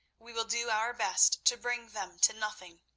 we will do our best to bring them to nothing.